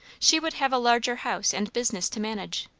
she would have a larger house and business to manage,